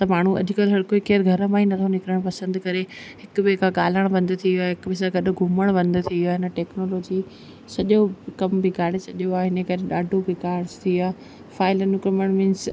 त माण्हू अॼु कल्ह हर कोई केरु घर मां ई नथो निकिरणु पसंदि करे हिक ॿिए खां ॻाल्हाइणु बंदि थी वियो आहे हिक ॿिए सां गॾु घुमणु बंदि थी वियो हिन टेक्नोलोजी सॼो कमु बिगाड़े छॾियो आहे इन करे ॾाढो बिगाड़ थी वियो आहे फ़ाइलूं गुमणु मींस